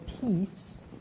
peace